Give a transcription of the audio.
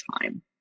time